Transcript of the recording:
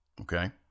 okay